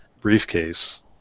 briefcase